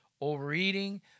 overeating